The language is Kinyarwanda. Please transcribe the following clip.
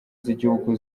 z’igihugu